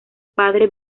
padre